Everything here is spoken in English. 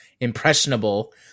impressionable